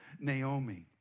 Naomi